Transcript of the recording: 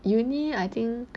uni~ I think